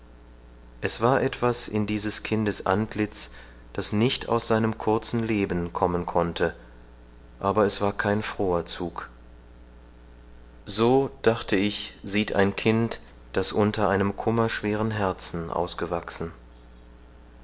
es war etwas in dieses kindes antlitz das nicht aus seinem kurzen leben kommen konnte aber es war kein froher zug so dachte ich sieht ein kind das unter einem kummerschweren herzen ausgewachsen